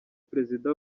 perezida